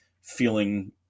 feeling